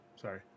Sorry